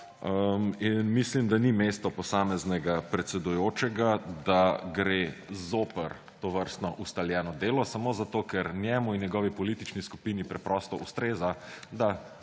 In mislim, da ni mesto posameznega predsedujočega, da gre zoper tovrstno ustaljeno delo samo zato, ker njemu in njegovi politični skupini preprosto ustreza, da